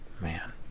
Man